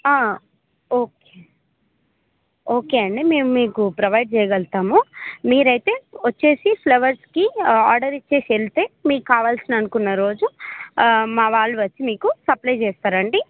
okay okay అండి మేము మీకు ప్రొవైడ్ చేయగలుతాము మీరైతే వచ్చేసి ఫ్లవర్స్కి ఆర్డర్ ఇచ్చేసి వెళ్తే మీకు కావాల్సిన అనుకున్న రోజు మా వాళ్ళు వచ్చి మీకు సప్లై చేస్తారండి